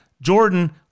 Jordan